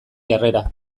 jarrera